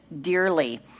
dearly